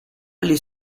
les